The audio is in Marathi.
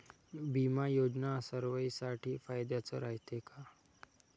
बिमा योजना सर्वाईसाठी फायद्याचं रायते का?